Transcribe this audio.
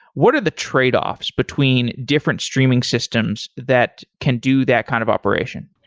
what are the tradeoffs between different streaming systems that can do that kind of operation?